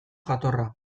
jatorra